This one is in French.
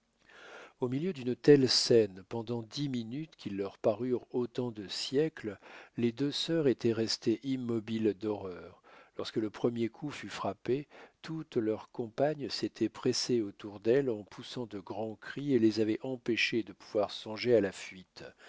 au milieu d'une telle scène pendant dix minutes qui leur parurent autant de siècles les deux sœurs étaient restées immobiles d'horreur lorsque le premier coup fut frappé toutes leurs compagnes s'étaient pressées autour d'elles en poussant de grands cris et les avaient empêchées de pouvoir songer à la fuite